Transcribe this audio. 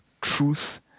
truth